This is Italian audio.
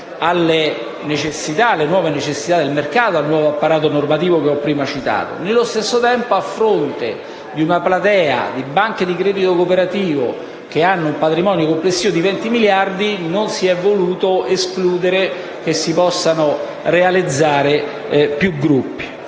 alle nuove necessità del mercato e al nuovo apparato normativo che ho prima citato. Nello stesso tempo, a fronte di una platea di banche di credito cooperativo che hanno un patrimonio complessivo di 20 miliardi di euro, non si è voluto escludere che si possano realizzare più gruppi.